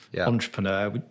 entrepreneur